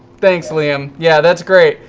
thanks, liam. yeah, that's great.